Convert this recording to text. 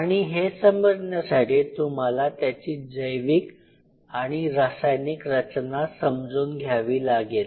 आणि हे समजण्यासाठी तुम्हाला त्याची जैविक आणि रासायनिक रचना समजून घ्यावी लागेल